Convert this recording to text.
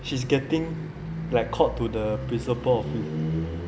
she's getting like called to the principle's office